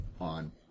on